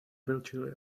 virtually